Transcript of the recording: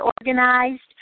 organized